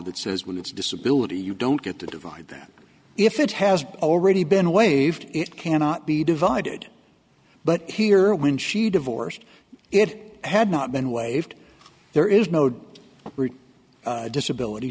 that says when it's disability you don't get to divide that if it has already been waived it cannot be divided but here when she divorced it had not been waived there is no written disability